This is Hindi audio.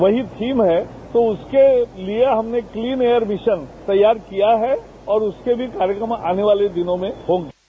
वही थीम है तो उसके लिए हमने क्लीन एयर मिशन तैयार किया है और उसके भी कार्यक्रम आने वाले दिनों में होंगे